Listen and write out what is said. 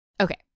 Okay